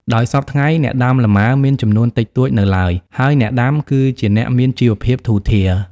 ដោយសព្វថ្ងៃ អ្នកដាំលម៉ើ មានចំនួនតិចតួចនៅឡើយ ហើយអ្នកដាំ គឺជាអ្នកមានជីវភាពធូរធារ។